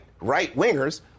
right-wingers